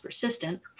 persistent